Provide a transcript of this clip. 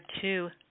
two